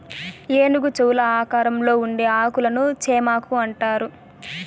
ఏనుగు చెవుల ఆకారంలో ఉండే ఆకులను చేమాకు అంటారు